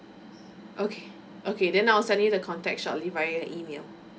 okay okay then I'll send you the contact shortly via email